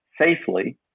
safely